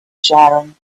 sharing